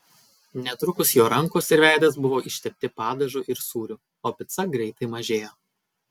netrukus jo rankos ir veidas buvo ištepti padažu ir sūriu o pica greitai mažėjo